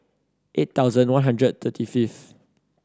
eight thousand one hundred thirty fifth